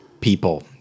people